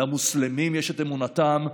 למוסלמים יש את אמונתם,